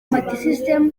multisystem